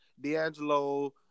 D'Angelo